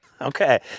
okay